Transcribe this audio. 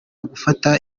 gufata